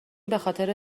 بخاطر